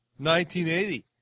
1980